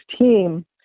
team